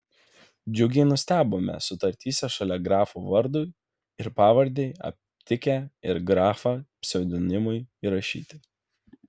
džiugiai nustebome sutartyse šalia grafų vardui ir pavardei aptikę ir grafą pseudonimui įrašyti